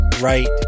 right